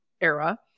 era